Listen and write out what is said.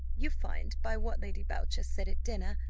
you find, by what lady boucher said at dinner,